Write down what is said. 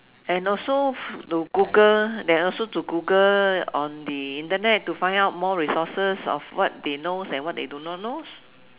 and also to Google and also to Google on the internet to find out more resources of what they knows and what they do not knows